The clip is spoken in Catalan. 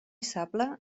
sable